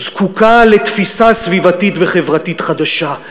זקוקות לתפיסה סביבתית וחברתית חדשה.